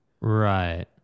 Right